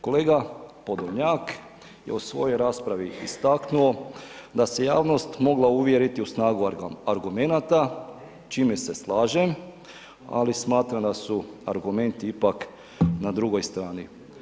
Kolega Podolnjak je u svojoj raspravi istaknuo da se javnost mogla uvjeriti u snagu argumenata, čime se slažem, ali smatram da su argumenti ipak na drugoj strani.